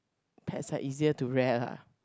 pets are easier to rare lah